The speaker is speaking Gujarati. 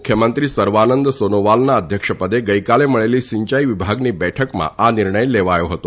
મુખ્યમંત્રી સર્વાનંદ સોનોવાલના અધ્યક્ષ પદે ગઇકાલે મળેલી સિંચાઇ વિભાગની બેઠકમાં આ નિર્ણય લેવાયો હતો